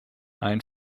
ein